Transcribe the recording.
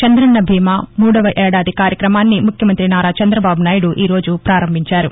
చందన్నబీమా మూడవ ఏడాది కార్యక్రమాన్ని ముఖ్యమంతి నారా చంద్రబాబునాయుడు ఈ రోజు ప్రారంభించారు